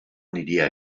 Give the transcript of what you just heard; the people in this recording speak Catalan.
aniria